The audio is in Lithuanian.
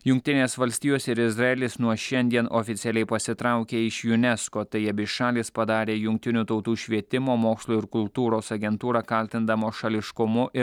jungtinės valstijos ir izraelis nuo šiandien oficialiai pasitraukė iš unesco tai abi šalys padarė jungtinių tautų švietimo mokslo ir kultūros agentūrą kaltindamos šališkumu ir